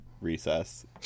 recess